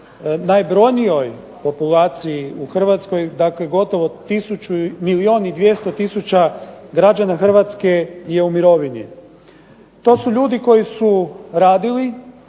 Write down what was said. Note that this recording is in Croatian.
najbrojnijoj populaciji u Hrvatskoj. Dakle, gotovo milijun i 200 tisuća građana Hrvatske je u mirovini. To su ljudi koji su radili,